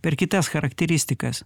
per kitas charakteristikas